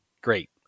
Great